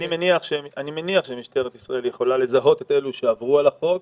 אני מניח שמשטרת ישראל יכולה לזהות את אלה שעברו על החוק,